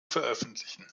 veröffentlichen